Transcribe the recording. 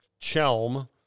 Chelm